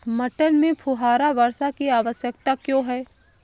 मटर में फुहारा वर्षा की आवश्यकता क्यो है?